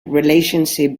relationship